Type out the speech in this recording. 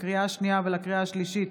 לקריאה שנייה ולקריאה שלישית: